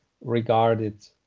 regarded